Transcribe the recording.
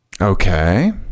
Okay